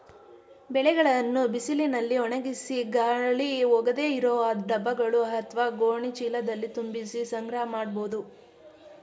ಬೆಳೆಗಳನ್ನು ಬಿಸಿಲಿನಲ್ಲಿ ಒಣಗಿಸಿ ಗಾಳಿ ಹೋಗದೇ ಇರೋ ಡಬ್ಬಗಳು ಅತ್ವ ಗೋಣಿ ಚೀಲದಲ್ಲಿ ತುಂಬಿಸಿ ಸಂಗ್ರಹ ಮಾಡ್ಬೋದು